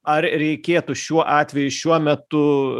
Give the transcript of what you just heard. ar reikėtų šiuo atveju šiuo metu